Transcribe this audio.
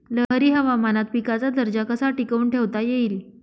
लहरी हवामानात पिकाचा दर्जा कसा टिकवून ठेवता येईल?